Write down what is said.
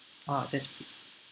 ah that's pr~